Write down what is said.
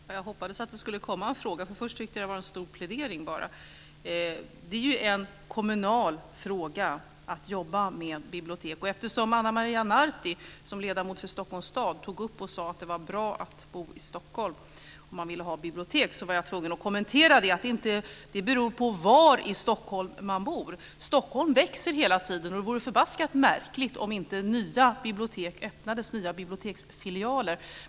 Fru talman! Jag hoppades att det skulle komma en fråga. Jag tyckte att det först var bara en lång plädering. Det är en kommunal fråga att jobba med bibliotek. Eftersom Ana Maria Narti, som ledamot för Stockholms stad, sade att det är bra att bo i Stockholm om man vill ha bibliotek, var jag tvungen att kommentera det och säga att det beror på var i Stockholm man bor. Stockholm växer hela tiden, och det vore förbaskat märkligt om inte nya biblioteksfilialer öppnades.